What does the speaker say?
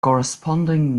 corresponding